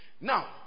now